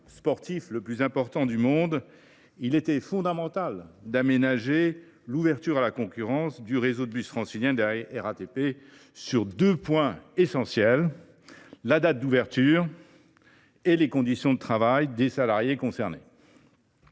sportif le plus important au monde, il était fondamental d’aménager l’ouverture à la concurrence du réseau de bus francilien de la RATP sur deux points principaux : la date de sa mise en œuvre et les conditions de travail des salariés concernés.